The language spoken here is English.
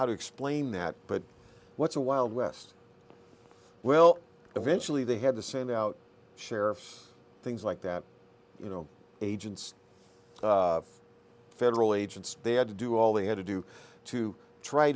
how to explain that but what's a wild west well eventually they had to send out sheriffs things like that you know agents federal agents they had to do all they had to do to try